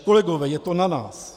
Kolegové, je to na nás.